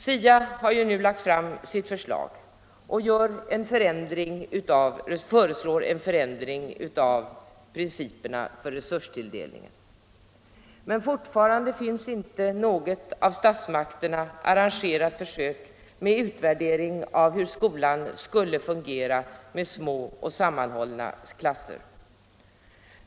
SIA föreslår nu en förändring av principerna för resurstilldelningen. Men fortfarande finns inte något av statsmakterna arrangerat försök med utvärdering av hur skolan skulle fungera med små och sammanhållna klasser.